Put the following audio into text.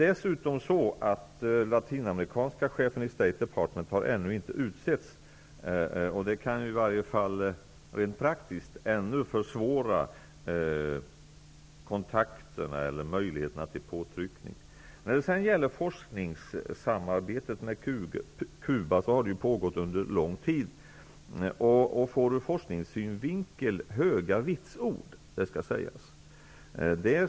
Emellertid är förhållandet det att chefen för latinamerikanska avdelningen i State Department ännu inte har utsetts, och det kan ju i varje fall rent praktiskt ännu försvåra kontakterna eller möjligheterna till påtryckning. Forskningssamarbetet med Cuba har pågått under lång tid och får ur forskningssynvinkel höga vitsord, det skall sägas.